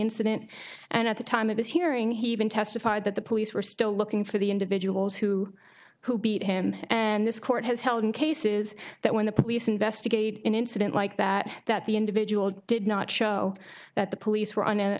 incident and at the time of his hearing he even testified that the police were still looking for the individuals who who beat him and this court has held in cases that when the police investigate an incident like that that the individual did not show that the police were on